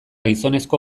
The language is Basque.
gizonezko